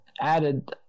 added